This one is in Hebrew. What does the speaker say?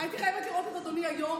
הייתי חייבת לראות את אדוני היו"ר.